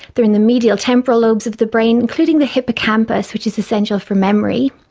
they are in the medial temporal lobes of the brain, including the hippocampus which is essential for memory,